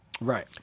right